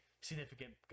significant